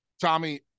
Tommy